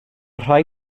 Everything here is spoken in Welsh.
rhai